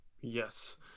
yes